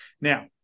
Now